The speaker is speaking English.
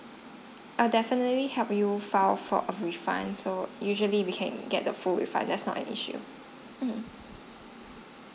I'll definitely help you file for a refund so usually we can get the full refund that's not an issue mm